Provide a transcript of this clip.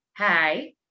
Hi